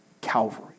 Calvary